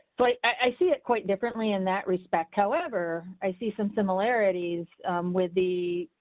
but i see it quite differently in that respect. however, i see some similarities with the.